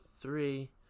three